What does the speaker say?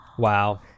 Wow